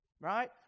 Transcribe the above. Right